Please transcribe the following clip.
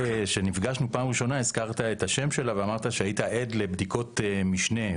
כשנפגשנו בפעם הראשונה הזכרת את השם שלה ואמרת שהיית עד לבדיקות משנה,